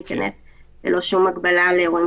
הבנתי שהיו לאחרונה גם אירועים